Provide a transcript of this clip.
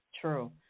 True